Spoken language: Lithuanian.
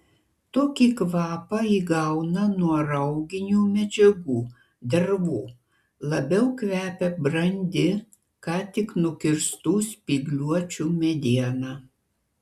tokį kvapą įgauna nuo rauginių medžiagų dervų labiau kvepia brandi ką tik nukirstų spygliuočių mediena